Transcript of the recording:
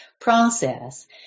process